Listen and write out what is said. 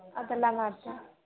ಅದೆಲ್ಲ ಮಾಡ್ತಾರೆ